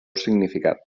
significat